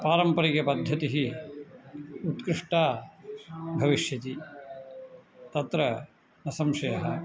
पारम्परिकपद्धतिः उत्कृष्टा भविष्यति तत्र न संशयः